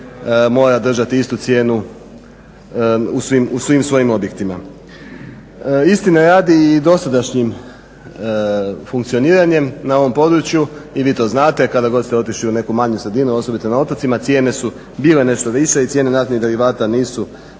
mora držati istu cijenu u svim svojim objektima. Istine radi, i dosadašnjim funkcioniranjem na ovom području i vi to znate, kada god ste otišli u neku manju sredinu, osobito na otocima, cijene su bile nešto više i cijene naftnih derivata nisu